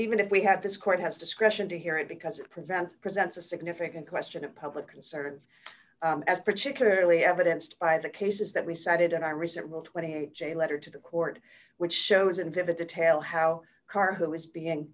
even if we had this court has discretion to hear it because it prevents presents a significant question of public concern as particularly evidence by the cases that we cited and i resent rule twenty eight j letter to the court which shows in vivid detail how carr who is being